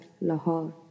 Lahore